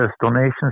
donations